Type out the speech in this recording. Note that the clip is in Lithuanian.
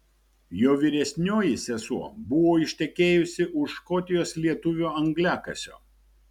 jo vyresnioji sesuo buvo ištekėjusi už škotijos lietuvio angliakasio